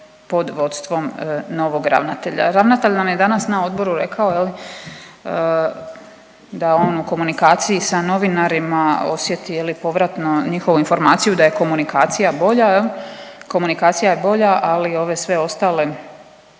pod vodstvom novog ravnatelja. Ravnatelj nam je danas na odboru rekao jel da on u komunikaciji sa novinarima osjeti je li povratno njihovu informaciju da je komunikacija bolja je li.